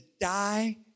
die